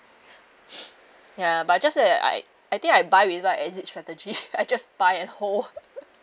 ya but I just bought that I I think I buy without exit strategy I just buy a whole